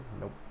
nope